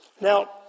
Now